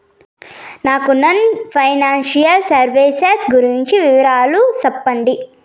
నాకు non financial services గురించి వివరాలు సెప్పండి?